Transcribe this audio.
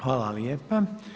Hvala lijepa.